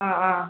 ആ ആ